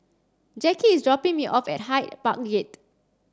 Jacky is dropping me off at Hyde Park Gate